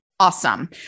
Awesome